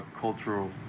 cultural